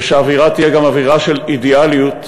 ושהאווירה תהיה גם אווירה של אידיאליזם,